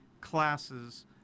classes